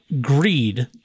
greed